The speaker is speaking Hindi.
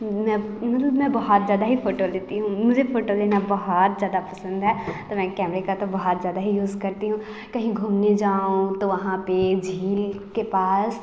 मैं मैं बहुत ज़्यादा ही फोटो लेती हूँ मुझे फोटो लेना बहुत ज़्यादा पसंद है तो मैं कैमरे का तो बहुत ज़्यादा ही यूज़ करती हूँ कहीं घूमने जाऊँ तो वहाँ पर झील के पास